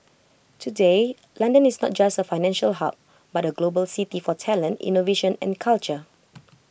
today London is not just A financial hub but A global city for talent innovation and culture